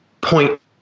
point